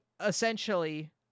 essentially